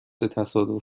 تصادف